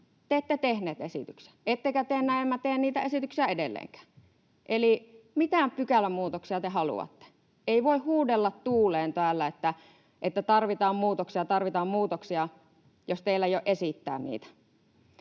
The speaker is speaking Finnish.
Te ette tehneet esityksiä, ettekä te näemmä tee niitä esityksiä edelleenkään. Eli mitä pykälämuutoksia te haluatte? Ei voi huudella tuuleen täällä, että tarvitaan muutoksia, tarvitaan muutoksia, jos teillä ei ole esittää niitä.